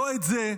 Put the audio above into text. לא את זה.